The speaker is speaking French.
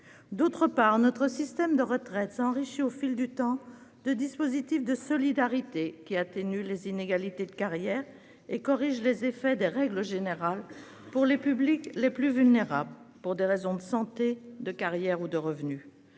D'autre part, notre système de retraites s'est enrichi au fil du temps de dispositifs de solidarité qui atténuent les inégalités de carrière et corrigent les effets des règles générales pour les publics qui sont les plus vulnérables pour des raisons de santé, de carrière ou de revenus.